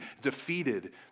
defeated